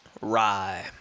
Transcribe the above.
rye